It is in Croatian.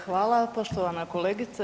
Hvala poštovana kolegice.